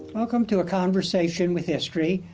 welcome to a conversation with history.